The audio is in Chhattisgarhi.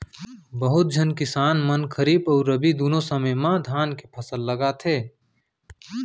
बहुत झन किसान मन खरीफ अउ रबी दुनों समे म धान के फसल लगाथें